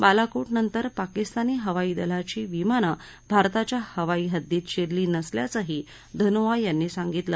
बालाकोट नंतर पाकिस्तानी हवाई दलाची विमान भारताच्या हवाई हद्दीत शिरली नसल्याचंही धनोआ यांनी सांगितलं